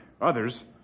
Others